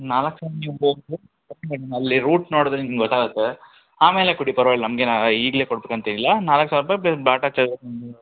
ನಾಲ್ಕು ಅಲ್ಲಿ ರೂಟ್ ನೋಡಿದ್ರೆ ನಿಮ್ಗೆ ಗೊತ್ತಾಗುತ್ತೆ ಆಮೇಲೆ ಕೊಡಿ ಪರ್ವಾಗಿಲ್ಲ ನಮ್ಗೇನು ಈಗಲೇ ಕೊಡ್ಬೇಕು ಅಂತೇನಿಲ್ಲ ನಾಲ್ಕು ಸಾವಿರ ರೂಪಾಯಿ ಪ್ಲಸ್ ಬಾಟ ಚಾರ್ಜ್ ಹ್ಞೂ